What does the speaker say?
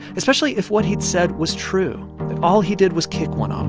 especially if what he'd said was true, that all he did was kick one um